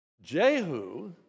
Jehu